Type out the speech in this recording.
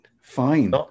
fine